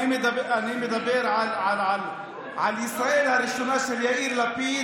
אני מדבר על ישראל הראשונה של יאיר לפיד,